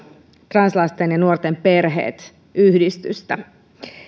translasten ja nuorten perheet yhdistystä